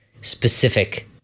specific